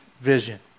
vision